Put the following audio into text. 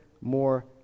more